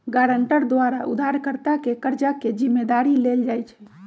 guarantor द्वारा उधारकर्ता के कर्जा के जिम्मदारी लेल जाइ छइ